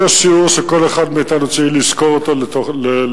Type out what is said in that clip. זה שיעור שכל אחד מאתנו צריך לזכור אותו לעצמו.